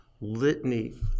litany